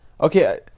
okay